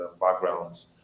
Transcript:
backgrounds